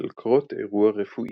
בשל קרות אירוע רפואי.